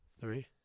three